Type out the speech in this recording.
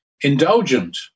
indulgent